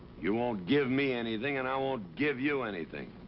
you won't give me anything, and i won't give you anything.